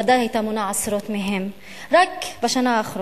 בוודאי היית מונה עשרות מהם רק בשנה האחרונה.